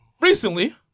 recently